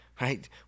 right